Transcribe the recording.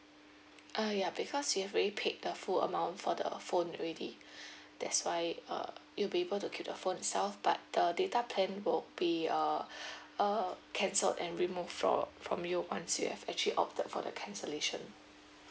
uh ya because you have already paid the full amount for the uh phone already that's why uh you'll be able to keep the phone itself but the data plan will be uh uh cancelled and removed from from you once you have actually opted for the cancellation